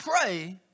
pray